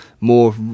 more